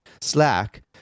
Slack